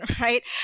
right